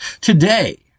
Today